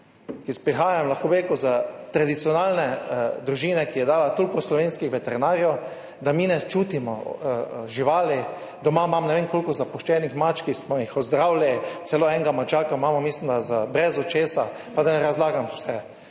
ki prihajam s tradicionalne družine, ki je dala toliko slovenskih veterinarjev, da mi ne čutimo živali. Doma imam ne vem koliko zapuščenih mačk, ki smo jih ozdravili, celo enega mačka imamo, mislim da je brez očesa, pa da ne razlagam vse.